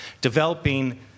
developing